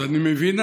אז אני מבין,